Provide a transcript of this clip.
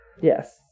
Yes